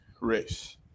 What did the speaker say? race